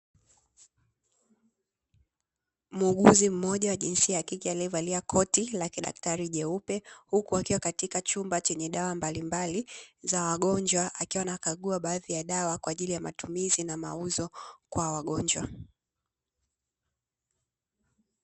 Muuguzi mmoja wa jinsia ya kike aliyevalia koti la kidaktari jeupe, huku akiwa katika chumba chenye dawa mbalimbali za wagonjwa akiwa anakagua baadhi ya dawa kwa ajili ya matumizi na mauzo kwa ajili ya wagonjwa.